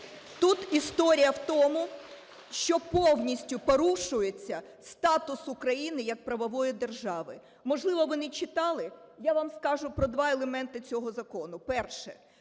Тут історія в тому, що повністю порушується статус України як правової держави. Можливо, ви не читали. Я вам скажу про два елементи цього закону. Перше.